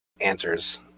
answers